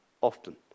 often